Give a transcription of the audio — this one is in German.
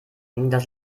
das